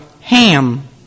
Ham